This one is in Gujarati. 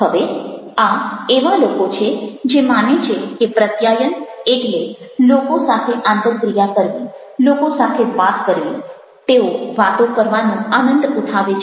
હવેઆ એવા લોકો છે જે માને છે કે પ્રત્યાયન એટલે લોકો સાથે આંતરક્રિયા કરવી લોકો સાથે વાત કરવી તેઓ વાતો કરવાનો આનંદ ઉઠાવે છે